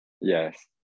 Yes